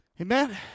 amen